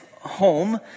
home